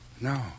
No